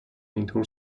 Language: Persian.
اینطور